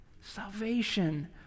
salvation